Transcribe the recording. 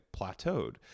plateaued